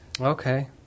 Okay